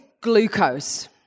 glucose